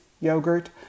yogurt